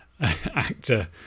actor